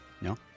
No